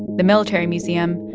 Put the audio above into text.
the military museum,